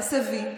נעשה וי,